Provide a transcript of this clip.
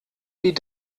die